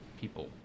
people